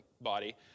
body